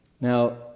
Now